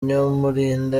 nyamulinda